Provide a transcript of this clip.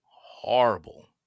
horrible